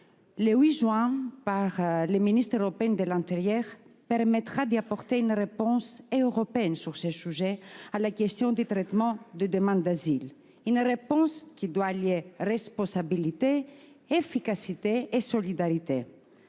le 8 juin par les ministres européens de l'intérieur permettra d'apporter une réponse européenne sur ces sujets. À la question du traitement des demandes d'asile, il faut apporter une réponse qui doit allier responsabilité, efficacité et solidarité.